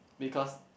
because